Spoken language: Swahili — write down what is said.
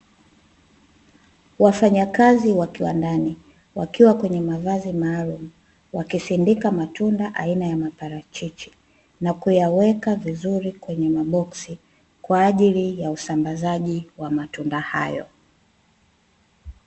Wafanyakazi wa kiwandani wakiwa kwenye mavazi maalumu, wakisindika matunda aina ya maparachichi, na kuyaweka vizuri kwenye maboksi, kwaajili ya usambazaji wa matunda hayo.